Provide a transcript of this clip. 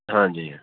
ਹਾਂਜੀ